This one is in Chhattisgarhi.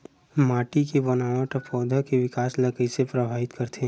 माटी के बनावट हा पौधा के विकास ला कइसे प्रभावित करथे?